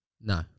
No